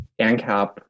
ANCAP